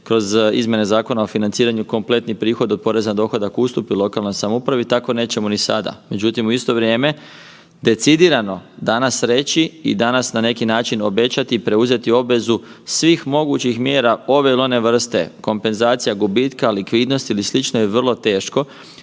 kroz izmjene Zakona o financiranju kompletni prihod od poreza na dohodak ustupi lokalnoj samoupravi tako nećemo ni sada. Međutim, u isto vrijeme decidirano danas reći i danas na neki način obećati i preuzeti obvezu svih mogućih mjera ove ili one vrste kompenzacija gubitka likvidnosti ili slično je vrlo teško